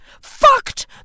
Fucked